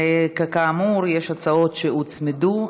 כאמור, יש הצעות שהוצמדו.